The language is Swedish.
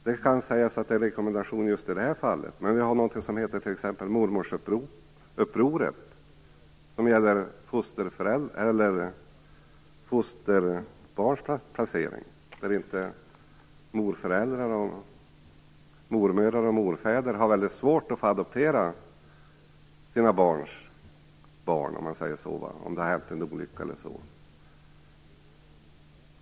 Man kan säga att detta är en rekommendation just i det här fallet, men vi har t.ex. någonting som heter mormorsupproret och som gäller fosterbarns placering. Mormödrar och morfäder har mycket svårt att få adoptera sina barns barn om det har hänt en olycka eller så.